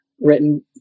written